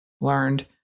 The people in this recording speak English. learned